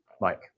Mike